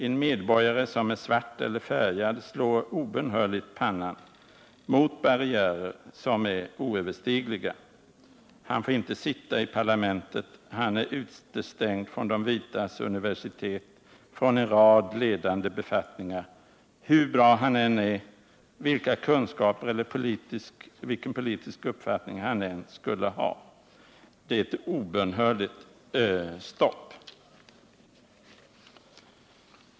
En medborgare som är svart eller färgad slår obönhörligt pannan mot barriärer som är oöverstigliga. Han får inte sitta i parlamentet, han är utestängd från de vitas universitet, från en rad ledande befattningar — oavsett hur bra han är, vilka kunskaper eller vilken politisk uppfattning han än skulle ha. Det är ett obönhörligt stopp.